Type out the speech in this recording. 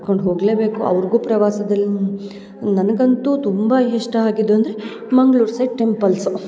ಕರ್ಕೊಂಡು ಹೋ ಅವ್ರ್ಗುಗಲೇಬೇಕು ಪ್ರವಾಸದಲ್ಲಿ ನನಗಂತೂ ತುಂಬ ಇಷ್ಟ ಆಗಿದ್ದು ಅಂದರೆ ಮಂಗ್ಳೂರು ಸೈಡ್ ಟೆಂಪಲ್ಸು